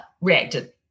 reacted